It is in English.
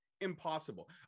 impossible